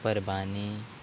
परबांनी